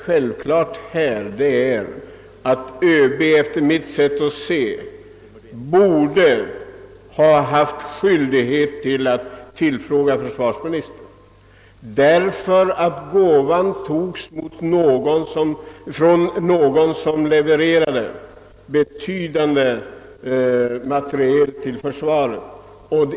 Självklart är att ÖB haft skyldighet att tillfråga försvarsministern, eftersom gåvan mottogs av en person som levererade betydande mängder materiel till försvaret.